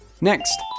Next